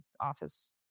office